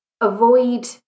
avoid